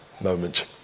moment